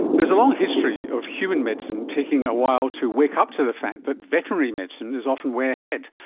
there is a long history of human medicine taking a while to wake up to the fact that veterinary medicine is often way ahead.